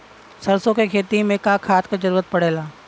सरसो के खेती में का खाद क जरूरत पड़ेला?